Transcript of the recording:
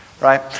right